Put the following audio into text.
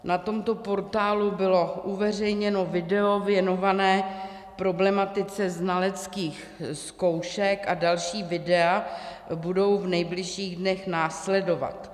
Na tomto portálu bylo uveřejněno video věnované problematice znaleckých zkoušek a další videa budou v nejbližších dnech následovat.